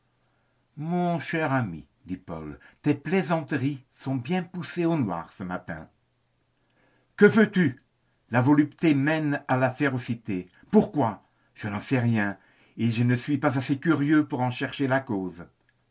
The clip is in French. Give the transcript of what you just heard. mon cher ami dit paul tes plaisanteries sont bien poussées au noir ce matin que veux-tu la volupté mène à la férocité pourquoi je n'en sais rien et je ne suis pas assez curieux pour en chercher la cause